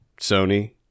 Sony